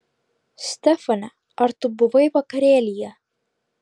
stefane ar tu buvai vakarėlyje